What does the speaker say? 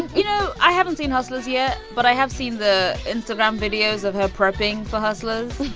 you know, i haven't seen hustlers yet, but i have seen the instagram videos of her prepping for hustlers.